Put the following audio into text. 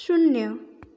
शून्य